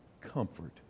comfort